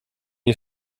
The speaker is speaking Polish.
nie